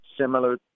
similar